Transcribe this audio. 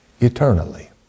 eternally